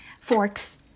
Forks